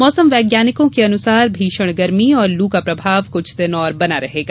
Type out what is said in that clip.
मौसम थैज्ञानिकों के अनुसार भीषण गर्मी और लू का प्रभाव कुछ दिन और बना रहेगा